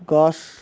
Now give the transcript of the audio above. গছ